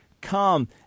come